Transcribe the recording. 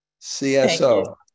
CSO